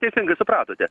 teisingai supratote